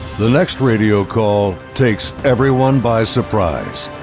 the next radio call takes everyone by surprise.